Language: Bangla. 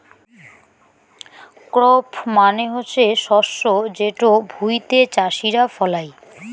ক্রপ মানে হসে শস্য যেটো ভুঁইতে চাষীরা ফলাই